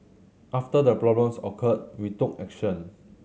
after the problems occurred we took action